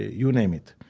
you name it.